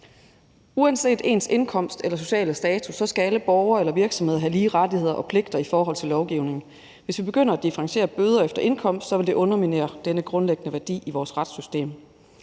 Uanset ens indkomst eller sociale status skal alle borgere og virksomheder have lige rettigheder og pligter i forhold til lovgivningen. Hvis vi begynder at differentiere bøder efter indkomst, vil det underminere denne grundlæggende værdi i vores retssystem.